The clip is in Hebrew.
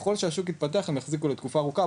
ככל שהשוק יתפתח הם יחזיקו לתקופה ארוכה.